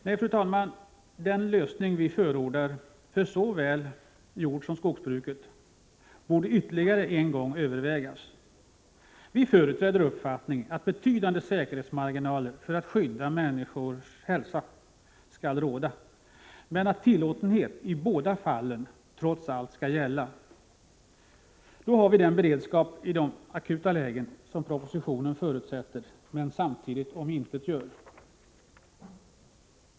Nej, fru talman, den lösning vi förordar för såväl jordsom skogsbruksbesprutning borde ytterligare en gång övervägas. Vi företräder den uppfattningen att betydande säkerhetsmarginaler för att skydda människors hälsa skall gälla men att tillåtenhet i båda fallen trots allt skall gälla. Då har vi den beredskap för akuta lägen som propositionen förutsätter men samtidigt omintetgör.